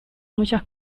muchas